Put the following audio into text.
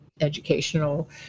educational